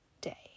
day